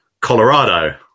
Colorado